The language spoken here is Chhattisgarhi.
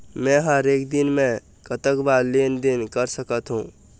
मे हर एक दिन मे कतक बार लेन देन कर सकत हों?